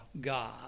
God